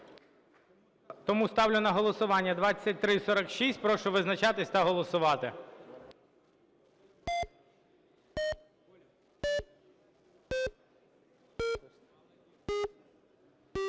Ставлю на голосування 2347. Прошу визначатись та голосувати.